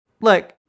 look